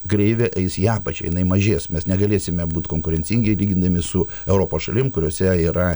kreivė eis į apačią jinai mažės mes negalėsime būt konkurencingi lygindami su europos šalim kuriose yra